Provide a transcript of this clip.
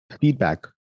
feedback